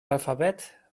alphabet